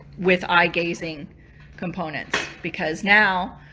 with eye gazing components because now